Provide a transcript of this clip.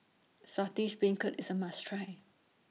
Saltish Beancurd IS A must Try